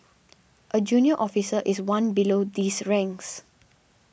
a junior officer is one below these ranks